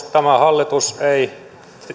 tämä hallitus ei